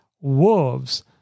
wolves